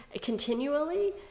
continually